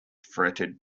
fretted